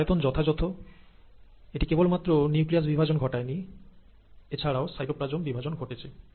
কোষের আয়তন যথাযথ এটি কেবল মাত্র নিউক্লিয়াস বিভাজন ঘটায়নি এছাড়াও সাইটোপ্লাজম বিভাজন ঘটেছে